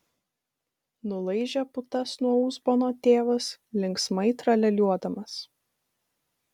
nulaižė putas nuo uzbono tėvas linksmai tralialiuodamas